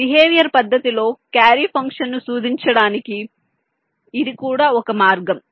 కాబట్టి బిహేవియరల్ పద్ధతిలో క్యారీ ఫంక్షన్ను సూచించడానికి ఇది కూడా ఒక మార్గం